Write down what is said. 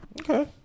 Okay